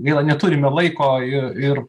gaila neturime laiko ir ir